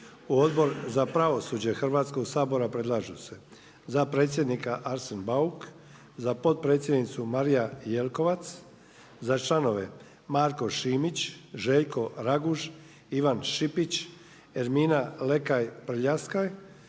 U Odbor za pravosuđe Hrvatskoga sabora predlažu se za predsjednika Arsen Bauk, za potpredsjednicu Marija Jelkovac, za članove Marko Šimić, Željko Raguž, Ivan Šipić, Ermina Lekaj Prljaskaj,